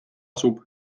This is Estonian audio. asub